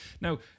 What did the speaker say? Now